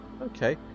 Okay